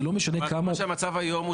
זה לא משנה כמה --- אמרת שהמצב היום הוא